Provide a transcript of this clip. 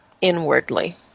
inwardly